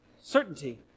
certainty